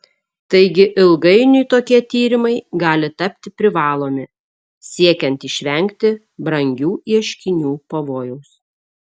taigi ilgainiui tokie tyrimai gali tapti privalomi siekiant išvengti brangių ieškinių pavojaus